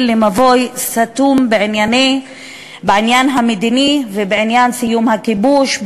למבוי סתום בעניין המדיני ובעניין סיום הכיבוש,